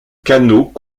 canot